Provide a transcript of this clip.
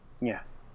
Yes